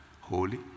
holy